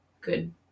good